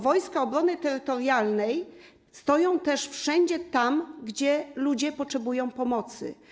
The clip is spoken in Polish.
Wojska Obrony Terytorialnej są też wszędzie tam, gdzie ludzie potrzebują pomocy.